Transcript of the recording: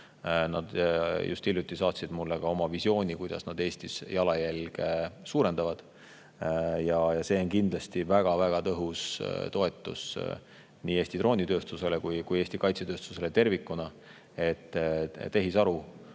Nad just hiljuti saatsid mulle visiooni, kuidas nad Eestis oma jalajälge suurendavad. See on kindlasti väga tõhus toetus nii Eesti droonitööstusele kui ka Eesti kaitsetööstusele tervikuna, et tehisaru